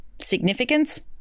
Significance